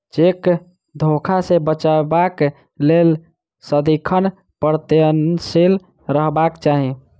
cheque धोखा सॅ बचबाक लेल सदिखन प्रयत्नशील रहबाक चाही